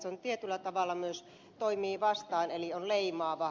se tietyllä tavalla myös toimii vastaan eli on leimaava